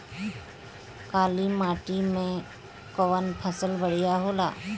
काली माटी मै कवन फसल बढ़िया होला?